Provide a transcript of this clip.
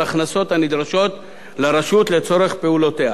ההכנסות הנדרשות לרשות לצורך פעולותיה.